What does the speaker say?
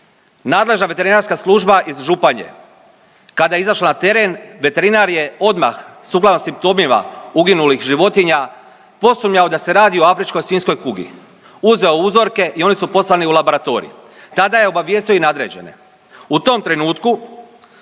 nadležna veterinarska služba iz Županije kada je izašla na teren veterinar je odmah sukladno simptomima uginulih životinja posumnjao da se radi o afričkoj svinjskoj kugi, uzeo uzorke i oni su poslani u laboratorij, tada je obavijestio i nadređene. U tom trenutku